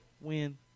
win